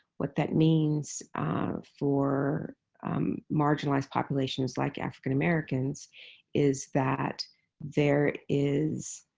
what that means for marginalized populations like african-americans is that there is